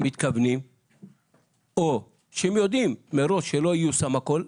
מתכוונים או שהם יודעים מראש שלא ייושם הכול.